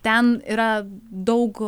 ten yra daug